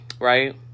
right